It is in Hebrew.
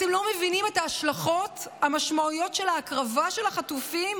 אתם לא מבינים את ההשלכות והמשמעויות של ההקרבה של החטופים,